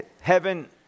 Heaven